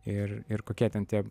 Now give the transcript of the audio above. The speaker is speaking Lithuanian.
ir ir kokie ten tie